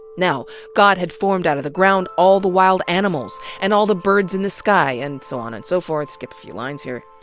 now god had formed out of the ground all the wi ld animals and all the birds in the sky, and so on and so forth, skipping a few lines here.